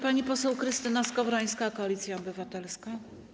Pani poseł Krystyna Skowrońska, Koalicja Obywatelska.